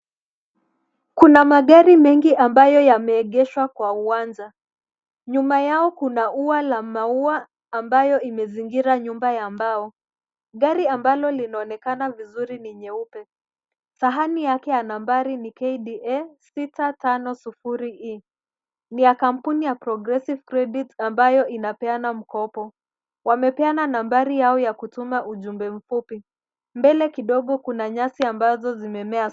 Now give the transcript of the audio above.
Kuna magari mengi ambayo yameegeshwa kwa uwanja. Nyuma yao kuna ua la maua ambayo imezingira nyumba ya mbao. Gari ambalo linaonekana vizuri ni nyeupe. Sahani yake ya nambari ni KDA 650E ni ya kampuni ya Progressive Credit ambayo inapeana mkopo. Wamepeana nambari yao ya kutuma ujumbe mfupi. Mbele kidogo kuna nyasi ambazo zimemea.